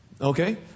Okay